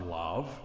love